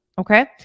okay